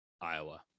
Iowa